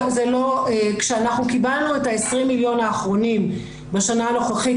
כשאנחנו קיבלנו את ה-20 מיליון האחרונים בשנה הנוכחית,